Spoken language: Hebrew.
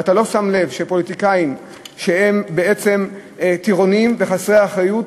ואתה לא שם לב שפוליטיקאים שהם בעצם טירונים וחסרי אחריות,